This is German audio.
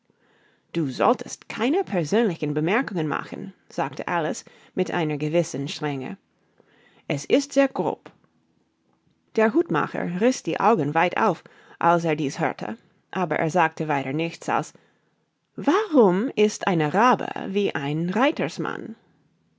du solltest keine persönlichen bemerkungen machen sagte alice mit einer gewissen strenge es ist sehr grob der hutmacher riß die augen weit auf als er dies hörte aber er sagte weiter nichts als warum ist ein rabe wie ein reitersmann